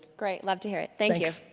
great, love to hear it. thank you.